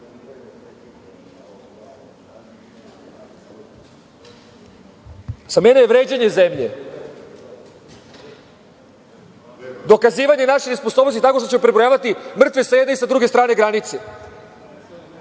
mene je vređanje zemlje, dokazivanje naše nesposobnosti tako što ćemo prebrojavati mrtve i sa jedne i sa druge strane grane,